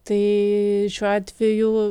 tai šiuo atveju